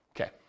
Okay